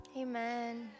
Amen